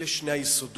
אלה שני היסודות,